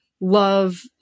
love